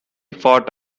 fought